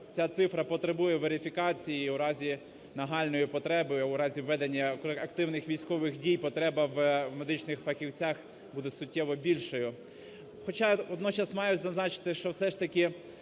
ця цифра потребує верифікації в разі нагальної потреби, у разі ведення активних військових дій потреба в медичних фахівцях буде суттєво більшою. Хоча водночас маю зазначити, що все ж таки